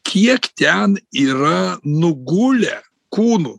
kiek ten yra nugulę kūnų